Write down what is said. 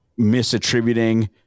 misattributing